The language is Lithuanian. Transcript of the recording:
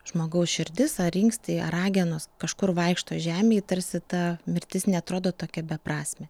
žmogaus širdis ar inkstai ar ragenos kažkur vaikšto žemėj tarsi ta mirtis neatrodo tokia beprasmė